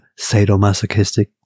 sadomasochistic